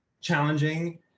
Challenging